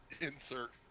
insert